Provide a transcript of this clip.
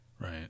right